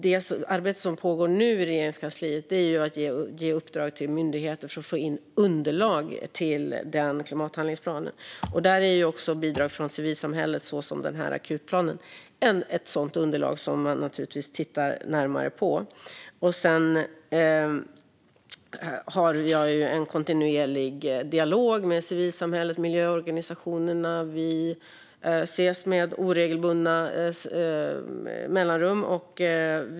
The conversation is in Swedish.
Det arbete som nu pågår i Regeringskansliet handlar om att ge uppdrag åt myndigheter för att få in underlag till den klimathandlingsplanen. Också bidrag från civilsamhället, som akutplanen, är underlag som man tittar närmare på. Jag har även en kontinuerlig dialog med civilsamhället och miljöorganisationerna. Vi ses med oregelbundna mellanrum.